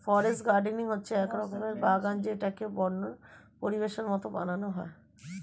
forest gardening হচ্ছে এক রকমের বাগান যেটাকে বন্য পরিবেশের মতো বানানো হয়